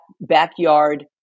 backyard